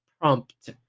prompt